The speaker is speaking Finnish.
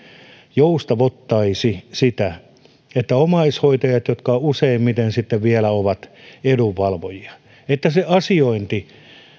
joustavoittaisi sitä että omaishoitajien jotka useimmiten sitten vielä ovat edunvalvojia asiointi